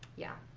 yeah.